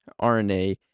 RNA